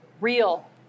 Real